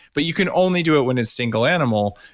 but you can only do it when it's single animal,